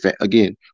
again